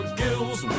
gills